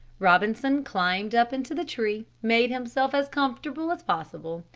robinson climbed up into the tree, made himself as comfortable as possible,